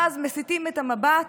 ואז מסיטים את המבט